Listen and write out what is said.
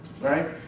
Right